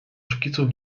szkicu